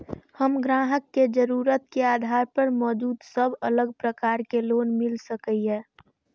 हम ग्राहक के जरुरत के आधार पर मौजूद सब अलग प्रकार के लोन मिल सकये?